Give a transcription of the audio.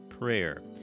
prayer